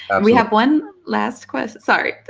and we have one last question sorry,